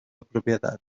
propietat